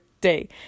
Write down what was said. day